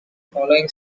following